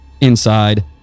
inside